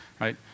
right